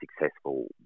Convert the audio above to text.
successful